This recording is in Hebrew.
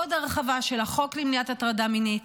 עוד הרחבה של החוק למניעת הטרדה מינית.